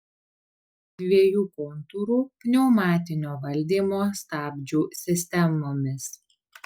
dviejų kontūrų pneumatinio valdymo stabdžių sistemomis